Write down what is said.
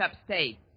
upstate